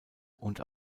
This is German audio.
und